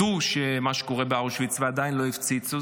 שידעו מה שקורה באושוויץ, עדיין לא הפציצו?